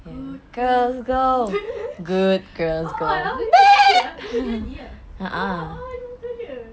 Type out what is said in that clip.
good girls go ah ah lah macam dia ah dia menyanyi ah oh ah ah muka dia